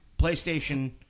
PlayStation